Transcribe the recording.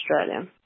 Australia